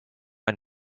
ein